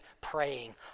praying